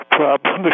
problem